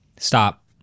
Stop